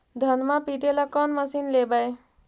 धनमा पिटेला कौन मशीन लैबै?